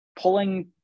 Pulling